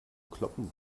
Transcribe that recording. kloppen